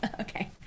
Okay